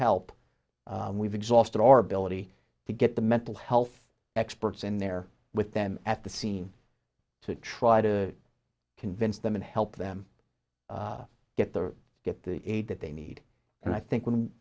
help we've exhausted our ability to get the mental health experts in there with them at the scene to try to convince them and help them get the get the aid that they need and i think when